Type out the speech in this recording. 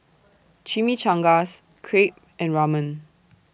Chimichangas Crepe and Ramen